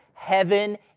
Heaven